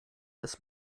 des